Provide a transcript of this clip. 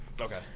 okay